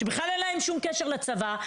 שבכלל אין להם שום קשר לצבא,